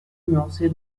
nuancée